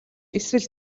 эсвэл